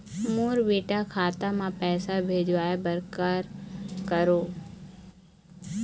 मोर बेटा खाता मा पैसा भेजवाए बर कर करों?